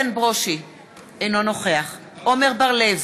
אינו נוכח עמר בר-לב,